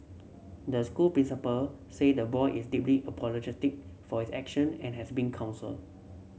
the school principal say the boy is deeply apologetic for his action and has been counselled